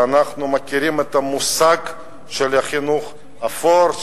ואנחנו מכירים את המושג של חינוך אפור,